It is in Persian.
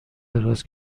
دراز